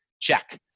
check